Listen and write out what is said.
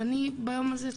ואני ביום הזה,